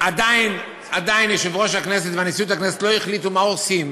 אבל מאחר שעדיין יושב-ראש הכנסת ונשיאות הכנסת לא החליטו מה עושים